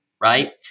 Right